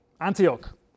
Antioch